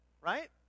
right